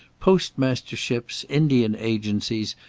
postmasterships, indian agencies,